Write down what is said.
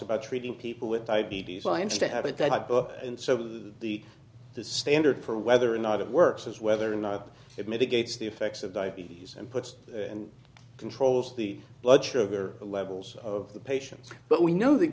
about treating people with diabetes i instead have a guidebook and so the the standard for whether or not it works is whether or not it mitigates the effects of diabetes and puts and controls the blood sugar levels of the patients but we know the